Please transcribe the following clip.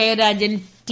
Jayarajan T